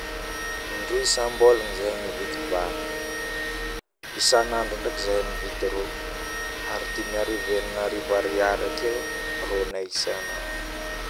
indro isambolagna zahay mividy vary isanandro ndraiky zahay mividy rô, ary dimiarivo eninarivo ar eke ô rônay isanandro